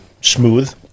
smooth